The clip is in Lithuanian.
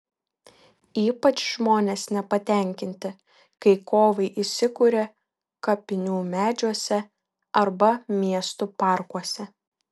ypač žmonės nepatenkinti kai kovai įsikuria kapinių medžiuose arba miestų parkuose